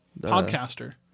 podcaster